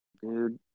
dude